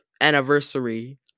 anniversary